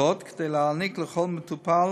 זאת, כדי להעניק לכל מטופל